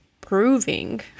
proving